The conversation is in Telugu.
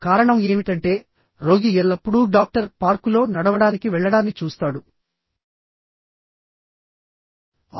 కారణం ఏమిటంటేరోగి ఎల్లప్పుడూ డాక్టర్ పార్కులో నడవడానికి వెళ్లడాన్ని చూస్తాడు 6